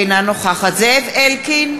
אינה נוכחת זאב אלקין,